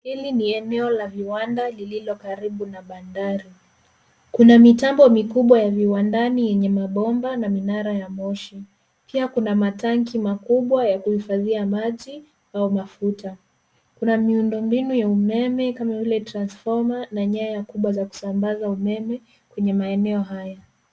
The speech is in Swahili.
Hili ni eneo la viwanda lililo karibu na bandari. Kuna mitambo mikubwa ya viwandani yenye mabomba, na minara ya moshi. Pia kuna matanki makubwa ya kuhifadhia maji, au mafuta. Kuna miundombinu ya umeme, kama vile transfoma na nyaya kubwa za kusambaza umeme, kwenye maeneo haya.